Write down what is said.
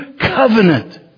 covenant